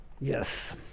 Yes